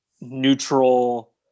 neutral